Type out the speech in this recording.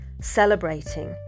celebrating